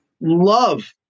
Love